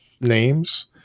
names